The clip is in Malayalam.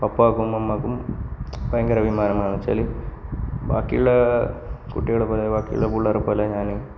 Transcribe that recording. പപ്പായ്ക്കും മമ്മായ്ക്കും ഭയങ്കര അഭിമാനമാണ് എന്നു വച്ചാല് ബാക്കിയുള്ള കുട്ടികളെപ്പോലെ ബാക്കിയുള്ള പിള്ളേരെ പോലെ ഞാന്